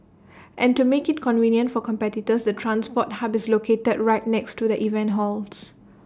and to make IT convenient for competitors the transport hub is located right next to the event halls